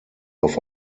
auf